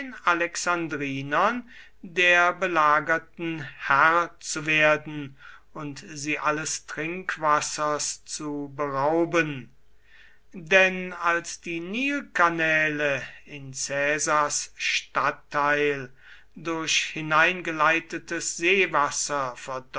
alexandrinern der belagerten herr zu werden und sie alles trinkwassers zu berauben denn als die nilkanäle in caesars stadtteil durch hineingeleitetes seewasser